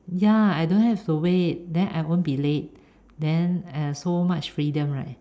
ya I don't have to wait then I won't be late then uh so much freedom right